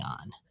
on